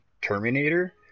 Terminator